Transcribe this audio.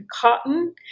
cotton